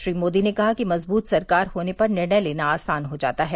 श्री मोदी ने कहा कि मजबूत सरकार होने पर निर्णय लेना आसान हो जाता है